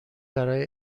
برای